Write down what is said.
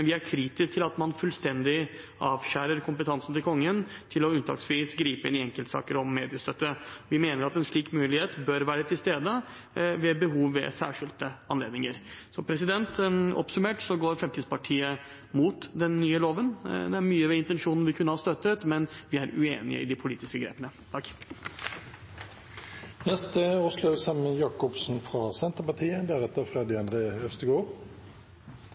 vi er kritiske til at man fullstendig avskjærer kompetansen til Kongen til unntaksvis å gripe inn i enkeltsaker om mediestøtte. Vi mener at en slik mulighet bør være til stede ved behov ved særskilte anledninger. Oppsummert går Fremskrittspartiet mot den nye loven. Det er mye ved intensjonen vi kunne ha støttet, men vi er uenig i de politiske grepene. Seriøse redaktørstyrte medier er en av de aller viktigste bærebjelkene i demokratiet vårt. De